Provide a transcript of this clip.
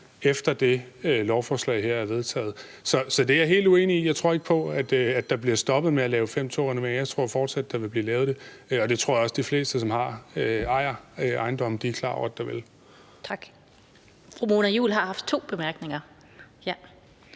efter det her lovforslag er vedtaget. Så det er jeg helt uenig i. Jeg tror ikke på, at der bliver stoppet med at lave § 5, stk. 2-renoveringer. Jeg tror fortsat, der vil blive lavet det, og det tror jeg også de fleste, som ejer ejendomme, er klar over der vil. Kl. 17:29 Den fg. formand (Annette Lind): Tak.